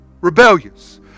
Rebellious